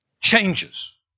changes